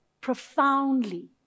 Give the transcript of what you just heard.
profoundly